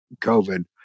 COVID